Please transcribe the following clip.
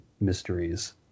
mysteries